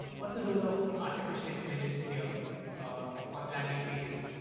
what's the role of artificial intelligence here on landing pages?